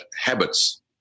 habits